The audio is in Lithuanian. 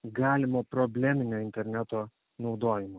galimo probleminio interneto naudojimo